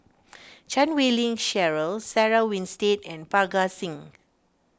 Chan Wei Ling Cheryl Sarah Winstedt and Parga Singh